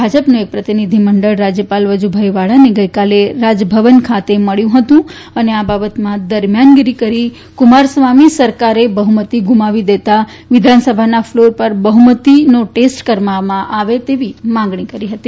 ભાજપનું એક પ્રતિનિધિમંડળ રાજ્યપાલ વજુભાઈવાળાને ગઈકાલે રાજભવન ખાતે મળ્યું હતું અને આ બાબતમાં દરમિયાનગીરી કરી કુમારસ્વામી સરકારે બહ્મતી ગુમાવી દેતા વિધાનસભાના ફ્લોર ઉપર બહ્મતીનો ટેસ્ટ કરવામાં આવે તેવી માંગણી કરી હતી